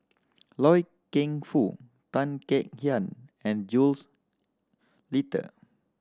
Loy Keng Foo Tan Kek Hiang and Jules Itier